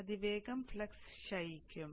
അതിനാൽ അതിവേഗം ഫ്ലക്സ് ക്ഷയിക്കും